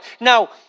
Now